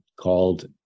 called